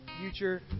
future